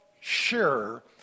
sure